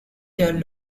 their